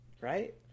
right